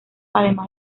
además